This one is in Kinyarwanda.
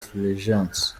fulgence